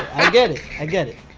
i get it, i get it.